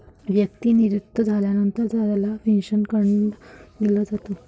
व्यक्ती निवृत्त झाल्यानंतर त्याला पेन्शन फंड दिला जातो